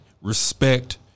respect